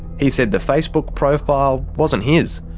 he said the facebook profile wasn't his.